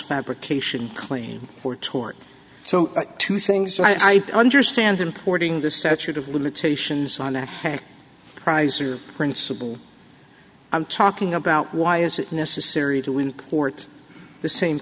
fabrication clean or tort so to things so i understand importing the statute of limitations on the prize or principle i'm talking about why is it necessary to import the same